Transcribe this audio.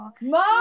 Mom